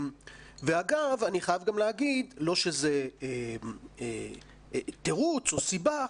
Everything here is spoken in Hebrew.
ואגב, אני חייב גם להגיד, לא שזה תירוץ או סיבה,